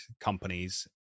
companies